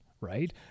right